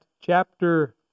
chapter